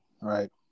right